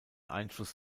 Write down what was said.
einfluss